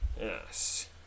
Yes